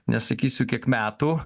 nesakysiu kiek metų